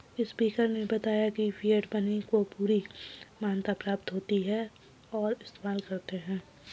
speaker ने बताया की फिएट मनी को पूरी मान्यता प्राप्त होती है और इस्तेमाल करते है